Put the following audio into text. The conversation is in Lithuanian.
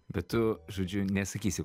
bet tu žodžiu nesakysi